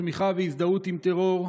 תמיכה והזדהות עם טרור,